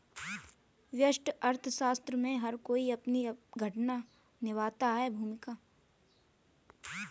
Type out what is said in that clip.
व्यष्टि अर्थशास्त्र में हर कोई एक अपनी अलग भूमिका निभाता है